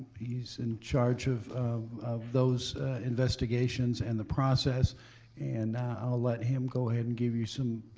he's in charge of of those investigations and the process and i'll let him go ahead and give you some,